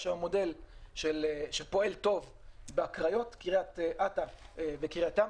יש היום מודל שפועל טוב בקריות בקריית-אתא ובקריית-ים.